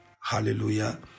Hallelujah